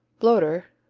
bloder,